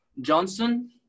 Johnson